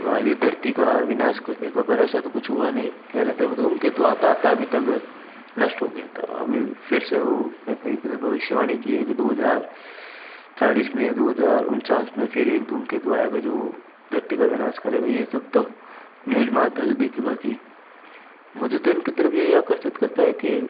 इस धरती का विनाश कर देगा पर ऐसा तो कुछ हुआ नहीं कह रहे थे वो धूमकेतु आता आता अभी तक नष्ट हो गया था अभी वो फिर से वो कहते एक तरह भविष्यवाणी की है कि दो हज़ार चालीस में दो हज़ार उनचास में फिर एक धूमकेतु आयेगा जो धरती का विनाश करेगा ये सब तो न्यूज़ में आता जो देखे बाकि मुझे तो इनकी तरफ यही आकर्षित करता हैं कि